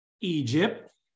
Egypt